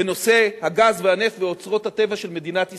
בנושא הגז והנפט ואוצרות הטבע של מדינת ישראל,